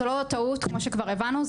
טעות כמו שכבר הבנו,